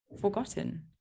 forgotten